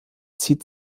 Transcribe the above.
zieht